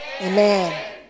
Amen